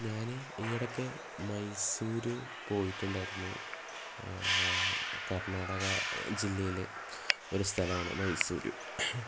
ഞാൻ ഈയിടയ്ക്ക് മൈസൂർ പോയിട്ടുണ്ടായിരുന്നു കർണാടകം ജില്ലയിലെ ഒരു സ്ഥലമാണ് മൈസൂർ